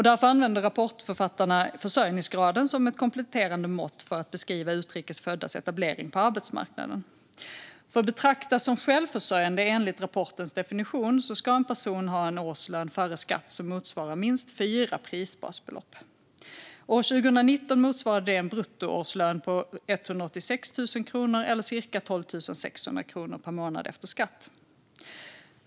Därför använder rapportförfattarna försörjningsgraden som ett kompletterande mått för att beskriva utrikes föddas etablering på arbetsmarknaden. För att betraktas som självförsörjande enligt rapportens definition ska en person ha en årslön före skatt som motsvarar minst fyra prisbasbelopp. År 2019 motsvarade det en bruttoårslön på 186 000 kronor eller cirka 12 600 kronor per månad efter skatt.